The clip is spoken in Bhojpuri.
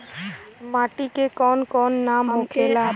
माटी के कौन कौन नाम होखेला?